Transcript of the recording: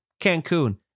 Cancun